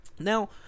Now